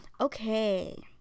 Okay